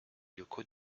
yoko